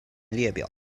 列表